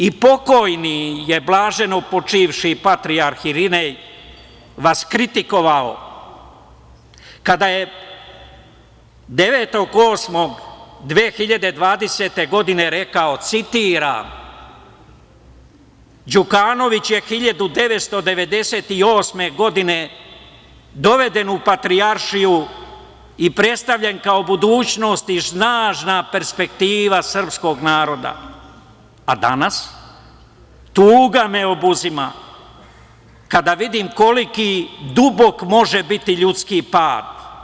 I pokojni je blaženopočivši patrijarh Irinej vas kritikovao kada je 9. 8. 2020. godine rekao, citiram: "Đukanović je 1998. godine doveden u Patrijaršiju i predstavljen kao budućnost i snažna perspektiva srpskog naroda, a danas, tuga me obuzima kada vidim koliki dubok može biti ljudski pad.